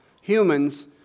humans